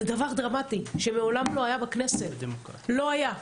זה דבר דרמטי שמעולם לא היה בכנסת, לא היה.